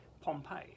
Pompeii